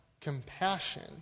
compassion